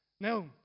Now